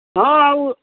हाँ ऊ